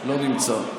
לא נמצא.